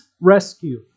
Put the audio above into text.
rescue